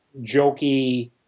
jokey